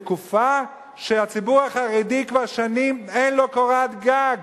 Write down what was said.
בתקופה שהציבור החרדי, כבר שנים אין לו קורת גג,